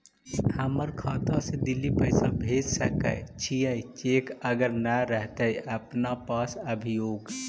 हमर खाता से दिल्ली पैसा भेज सकै छियै चेक अगर नय रहतै अपना पास अभियोग?